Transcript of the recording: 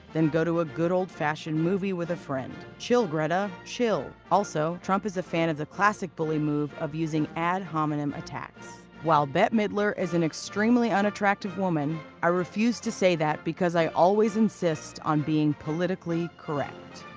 then go to a good old fashioned movie with a friend! chill greta, chill! also, trump is a fan of the classic bully move of using ad hominem attacks while bettemidler is an extremely unattractive woman, i refuse to say that because i always insist on being politically correct.